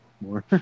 More